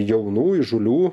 jaunų įžūlių